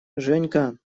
женька